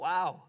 Wow